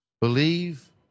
believe